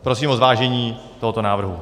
Prosím o zvážení tohoto návrhu.